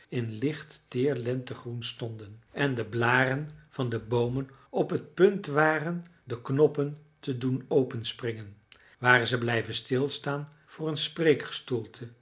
in licht teer lentegroen stonden en de blaren van de boomen op t punt waren de knoppen te doen openspringen waren ze blijven stilstaan voor een